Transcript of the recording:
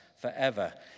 forever